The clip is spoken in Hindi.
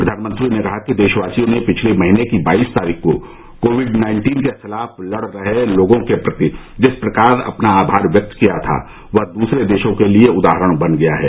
प्रधानमंत्री ने कहा कि देशवासियों ने पिछले महीने की बाईस तारीख को कोविड नाइन्टीन के खिलाफ लड़ रहे लोगों के प्रति जिस प्रकार अपना आभार व्यक्त किया था वह दूसरे देशों के लिए उदाहरण बन गया है